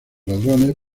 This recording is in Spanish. ladrones